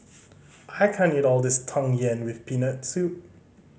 I can't eat all this Tang Yuen with Peanut Soup